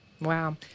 Wow